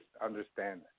understand